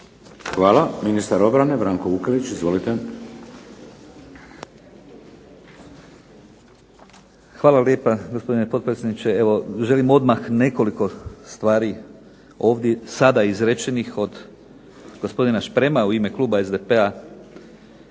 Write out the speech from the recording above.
Hvala. Ministar obrane Branko Vukelić. Izvolite. **Vukelić, Branko (HDZ)** Hvala lijepa gospodine potpredsjedniče. Evo želim odmah nekoliko stvari ovdje sada izrečenih od gospodina Šprema u ime kluba SDP-a,